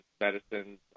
medicines